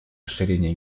расширение